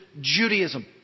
Judaism